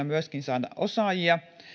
myöskin tavoitteena saada osaajia